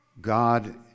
God